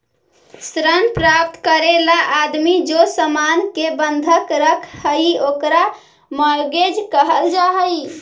ऋण प्राप्त करे ला आदमी जे सामान के बंधक रखऽ हई ओकरा मॉर्गेज कहल जा हई